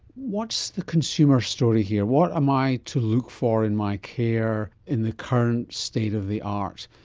what's the consumer story here? what am i to look for in my care in the current state of the art,